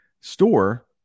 store